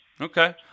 Okay